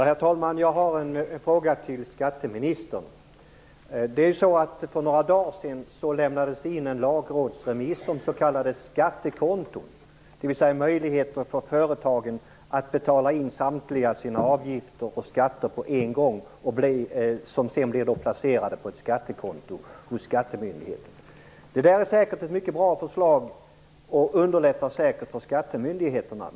Herr talman! Jag har en fråga till skatteministern. För några dagar sedan lämnades det in en lagrådsremiss om s.k. skattekonton, dvs. möjligheter för företagen att betala in samtliga sina avgifter och skatter på en gång, så att dessa sedan blir placerade på ett skattekonto hos skattemyndigheten. Det där är säkert ett mycket bra förslag och underlättar säkert för skattemyndigheterna.